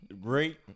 great